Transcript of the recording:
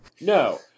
No